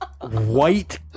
white